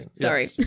sorry